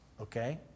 Okay